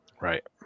Right